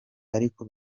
ariko